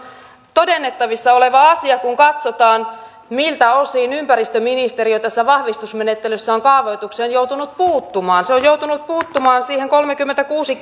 todennettavissa oleva asia kun katsotaan miltä osin ympäristöministeriö tässä vahvistusmenettelyssä on kaavoitukseen joutunut puuttumaan se on joutunut puuttumaan siihen kolmekymmentäkuusi